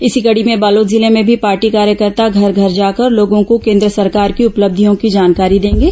इसी कड़ी में बालोद जिले में भी पार्टी कार्यकर्ता घर घर जाकर लोगों को केन्द्र सरकार की उपलब्धियों की जानकारी देंगे